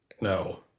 No